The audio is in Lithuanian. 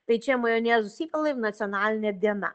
tai čia majonezus įpilam ir nacionalinė diena